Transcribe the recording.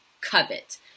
covet